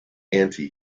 anti